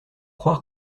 croire